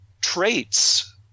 traits